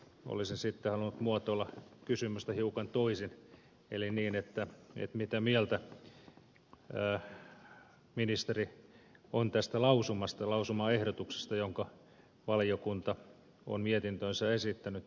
mutta olisin sitten halunnut muotoilla kysymystä hiukan toisin eli mitä mieltä ministeri on tästä lausumaehdotuksesta jonka valiokunta on mietintöönsä esittänyt